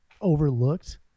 overlooked